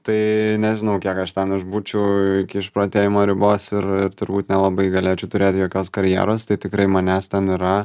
tai nežinau kiek aš ten išbūčiau iki išprotėjimo ribos ir ir turbūt nelabai galėčiau turėti jokios karjeros tai tikrai manęs ten yra